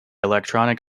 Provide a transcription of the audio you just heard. electronic